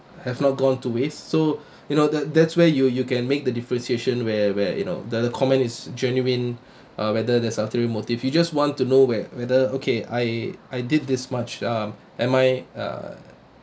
have not gone to waste so you know that that's where you you can make the differentiation where where you know the comment is genuine uh whether there's ulterior motive you just want to know where whether okay I I did this much um am I uh